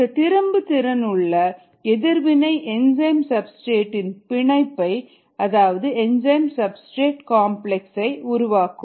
இந்த திரும்பு திறனுள்ள எதிர்வினை என்சைம் சப்ஸ்டிரேட் இன் பிணைப்பை உருவாக்கும்